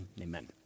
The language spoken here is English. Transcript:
Amen